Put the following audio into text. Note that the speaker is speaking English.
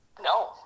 No